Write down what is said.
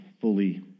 fully